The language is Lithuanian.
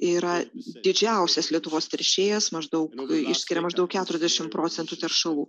yra didžiausias lietuvos teršėjas maždaug išskiria maždaug keturiasdešimt procentų teršalų